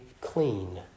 clean